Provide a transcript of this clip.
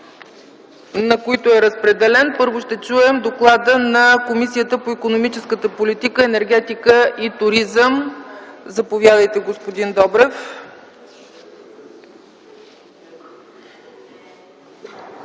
на които е разпределен. Първо ще чуем доклада на Комисията по икономическата политика, енергетика и туризъм. Заповядайте, господин Добрев.